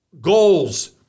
goals